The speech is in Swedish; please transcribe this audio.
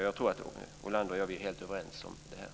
Jag tror att Ronny Olander och jag är helt överens om det här.